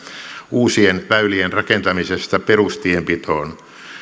uusien väylien rakentamisesta perustienpitoon